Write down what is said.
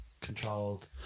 controlled